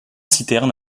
citerne